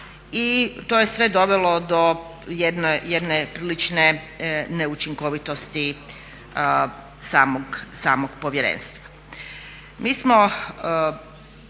i to je sve dovelo do jedne prilične neučinkovitosti samog povjerenstva.